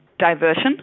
diversion